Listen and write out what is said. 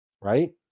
right